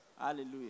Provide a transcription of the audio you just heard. Hallelujah